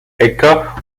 äcker